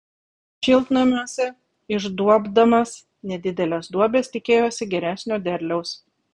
šiltnamiuose išduobdamas nedideles duobes tikėjosi geresnio derliaus